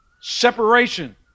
Separation